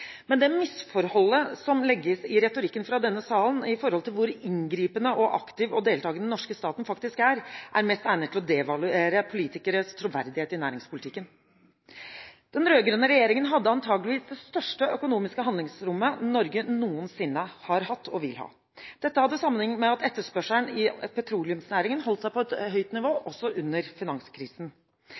Men det misforholdet som legges i retorikken fra denne salen om hvor inngripende, aktiv og deltakende den norske staten faktisk er, er mest egnet til å devaluere politikeres troverdighet i næringspolitikken. Den rød-grønne regjeringen hadde antageligvis det største økonomiske handlingsrommet Norge noensinne har hatt og vil ha. Dette hadde sammenheng med at etterspørselen i petroleumsnæringen holdt seg på et høyt nivå, også under finanskrisen.